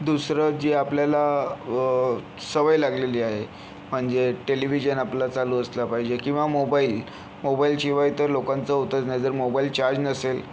दुसरं जे आपल्याला सवय लागलेली आहे म्हणजे टेलिव्हिजन आपला चालू असला पाहिजे किंवा मोबाईल मोबाईलशिवाय तर लोकांचं होतच नाही जर मोबाईल चार्ज नसेल